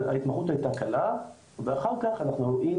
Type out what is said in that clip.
ההתמחות הייתה קלה ואחר-כך אנחנו רואים